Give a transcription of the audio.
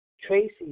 Tracy